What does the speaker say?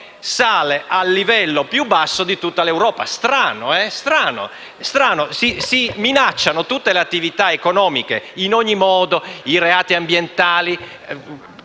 sale a livello più basso di tutta l'Europa. Strano, davvero strano. Si minacciano tutte le attività economiche in ogni modo: si pensi ai reati